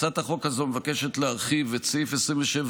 הצעת החוק הזו מבקשת להרחיב את סעיף 27א(א),